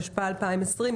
התשפ"א-2020,